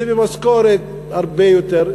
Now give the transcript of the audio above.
וממשכורת הרבה יותר,